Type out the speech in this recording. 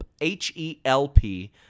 H-E-L-P